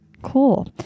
cool